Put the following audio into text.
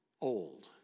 old